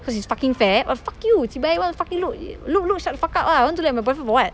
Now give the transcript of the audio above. cause he's fucking fat !wah! fuck you chibai want to fucking look look look shut the fuck up ah want to look at my boyfriend for what